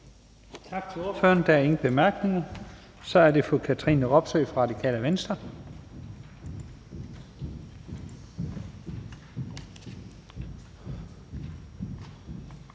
Tak til ordføreren. Der er ikke nogen korte bemærkninger. Så er det fru Katrine Robsøe fra Radikale Venstre.